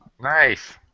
Nice